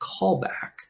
callback